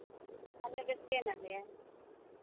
ᱟᱞᱮ ᱵᱮᱥ ᱜᱮ ᱢᱮᱱᱟᱜ ᱞᱮᱭᱟ